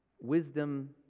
Wisdom